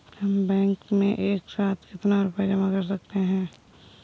हम बैंक में एक साथ कितना रुपया जमा कर सकते हैं?